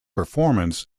performance